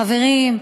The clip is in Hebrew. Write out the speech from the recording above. חברים,